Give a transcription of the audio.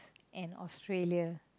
and Australia